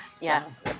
Yes